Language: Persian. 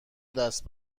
دست